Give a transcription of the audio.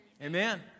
Amen